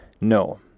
No